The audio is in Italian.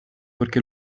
perché